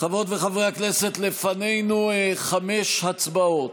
חברות וחברי הכנסת, לפנינו חמש הצבעות.